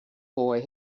boy